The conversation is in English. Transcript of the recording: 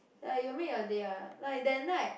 like it will make your day ah like that night